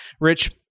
Rich